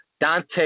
Dante